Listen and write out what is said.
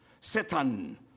Satan